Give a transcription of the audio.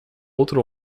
outro